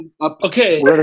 Okay